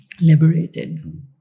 liberated